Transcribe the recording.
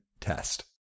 test